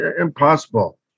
impossible